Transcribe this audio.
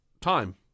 time